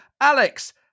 Alex